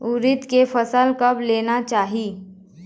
उरीद के फसल कब लेना चाही?